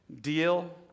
deal